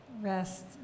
rest